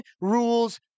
rules